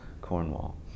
Cornwall